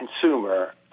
consumer